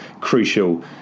crucial